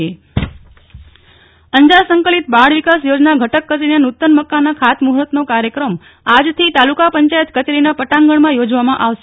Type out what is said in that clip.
નેહલ ઠક્કર અંજાર સંકલિત બાળ વિકાસ યોજના કચેરી અંજાર સંકલિત બાળ વિકાસ યોજના ઘટક કચેરીના નૂતન મકાનના ખાત મુહૂર્તનો કાર્ય તાલુકા પંચાયત કચેરીના પટાગણમાં યોજવામાં આવશે